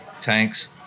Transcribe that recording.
tanks